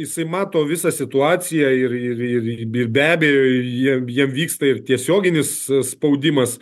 jisai mato visą situaciją ir ir ir i b abejo ji jiem vyksta ir tiesioginis spaudimas